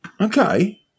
Okay